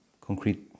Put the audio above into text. concrete